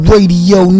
Radio